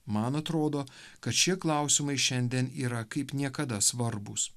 man atrodo kad šie klausimai šiandien yra kaip niekada svarbūs